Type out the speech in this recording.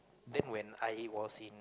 then when I was in